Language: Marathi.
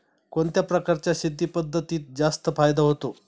कोणत्या प्रकारच्या शेती पद्धतीत जास्त फायदा होतो?